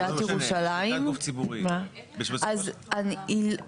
יהיה מכרז שמבוצע לצורך העניין ידי המדינה,